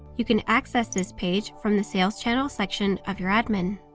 you can access this page from the sales channel section of your admin.